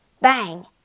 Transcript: Bang